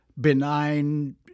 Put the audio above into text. benign